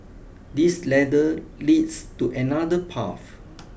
this ladder leads to another path